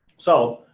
so